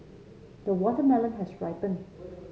the watermelon has ripened